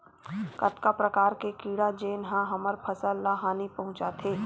कतका प्रकार के कीड़ा जेन ह हमर फसल ल हानि पहुंचाथे?